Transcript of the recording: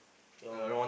your